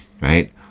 right